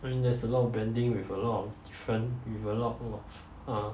I mean there's a lot of blending with a lot of different with a lot of old uh